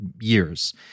years